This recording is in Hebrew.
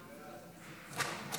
סעיפים 1